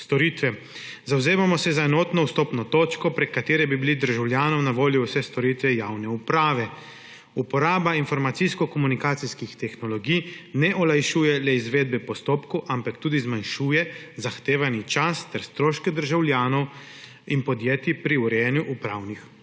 storitve. Zavzemamo se za enotno vstopno točko, prek katere bi bile državljanom na voljo vse storitve javne uprave. Uporaba informacijsko-komunikacijskih tehnologij ne le olajšuje izvedbo postopkov, ampak tudi zmanjšuje zahtevani čas ter stroške državljanov in podjetij pri urejanju upravnih